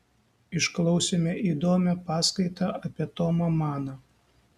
išklausėme įdomią paskaitą apie tomą maną